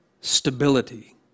stability